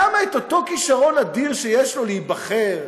למה את אותו כישרון אדיר שיש לו להיבחר,